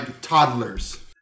toddlers